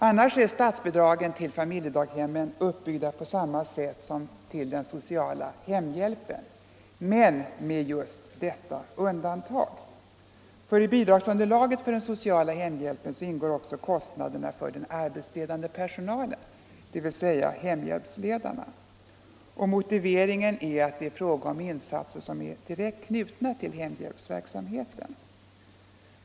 Annars är statsbidragen till familjedaghemmen uppbyggda på samma sätt som den sociala hemhjälpen men med just detta viktiga undantag. I bidragsunderlaget för den sociala hemhjälpen ingår nämligen också kostnaderna för den arbetsledande personalen; dvs. de s.k. hemhjälpsledarna. Motiveringen är att det här är fråga om insatser som är direkt knutna till hemhjälpsverksamheten.